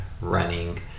running